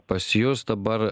pas jus dabar